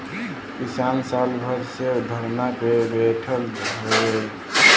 किसान साल भर से धरना पे बैठल हउवन